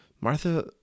Martha